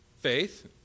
Faith